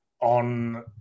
on